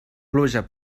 pluja